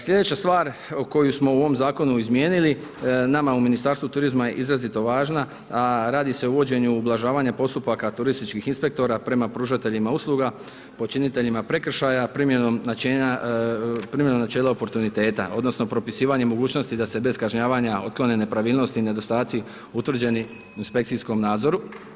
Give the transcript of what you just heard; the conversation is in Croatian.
Sljedeću stvar koju smo u ovom zakonu izmijenili, nama u Ministarstvu turizma, izrazito važna, a radi se o uvođenju ublažavanja postupaka turističkih inspektora prema pružateljima usluga, počinitelja prekršaja, primjenom načela oportuniteta, odnosno, propisivanje mogućnost da se bez kažnjavanja otklone nepravilnosti i nedostaci utvrđeni inspekcijskom nazoru.